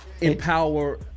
empower